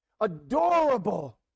adorable